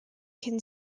can